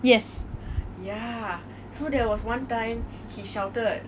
yes